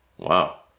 Wow